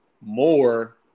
more